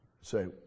Say